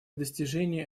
достижения